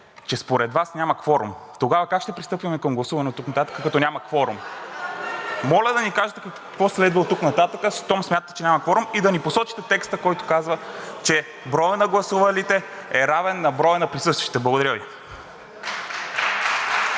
че според Вас няма кворум. Тогава как ще пристъпваме към гласуване оттук нататък, като няма кворум? (Силен шум и реплики.) Моля да ни кажете какво следва оттук нататък, щом смятате, че няма кворум, и да ни посочите текста, който казва, че броят на гласувалите е равен на броя на присъстващите. Благодаря Ви.